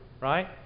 right